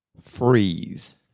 freeze